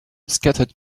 scattered